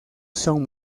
son